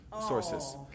sources